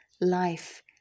life